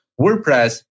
WordPress